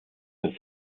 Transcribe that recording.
als